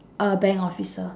a bank officer